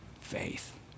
faith